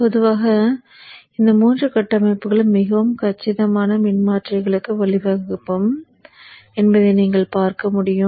பொதுவாக இந்த மூன்று கட்டமைப்புகளும் மிகவும் கச்சிதமான மின்மாற்றிகளுக்கு வழிவகுக்கும் என்பதை நீங்கள் பார்க்க முடியும்